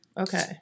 Okay